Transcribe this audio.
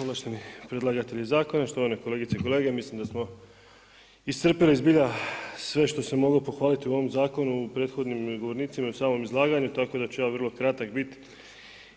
Ovlašteni predlagatelji zakona, štovane kolegice i kolege, mislim da smo iscrpili zbilja sve što se moglo pohvaliti u ovom zakonu u prethodnim govornicima i u samom izlaganju, tako da ću ja vrlo kratak biti